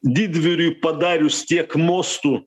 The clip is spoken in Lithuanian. didvyriui padarius tiek mostų